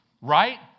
right